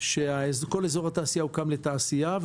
שכל אזור התעשייה הוקם לתעשייה.